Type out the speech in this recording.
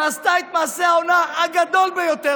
שעשתה את מעשה ההונאה הגדול ביותר